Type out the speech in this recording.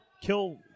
Kill